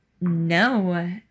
No